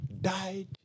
died